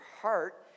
heart